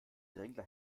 drängler